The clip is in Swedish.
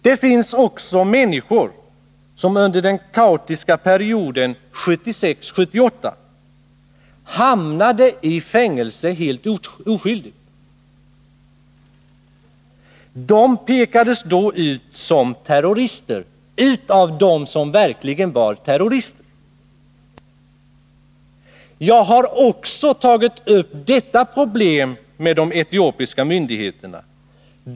Det finns också människor som under den kaotiska perioden 1976-1978 helt oskyldigt hamnade i fängelse. De pekades då ut som terrorister av dem som verkligen var terrorister. Jag har också tagit upp detta problem med de etiopiska myndigheterna.